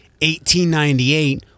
1898